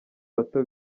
bato